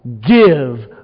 give